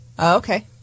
Okay